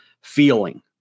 feeling